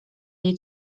jej